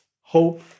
Hope